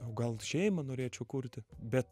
o gal šeimą norėčiau kurti bet